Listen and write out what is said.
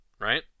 right